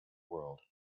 world